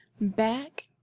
back